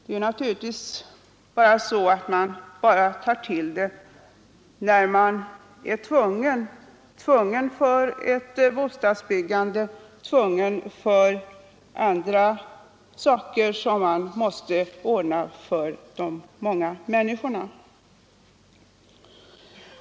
Expropriation tar man naturligtvis till bara när man är tvungen för ett bostadsbyggande eller något annat som man måste ordna för de många människorna.